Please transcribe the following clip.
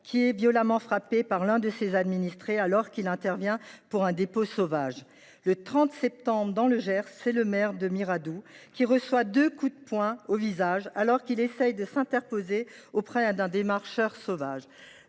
était violemment frappé par l’un de ses administrés alors qu’il intervenait à la suite d’un dépôt sauvage. Le 30 septembre, dans le Gers, le maire de Miradoux recevait deux coups de poing au visage alors qu’il essayait de s’interposer auprès d’un démarcheur sauvage.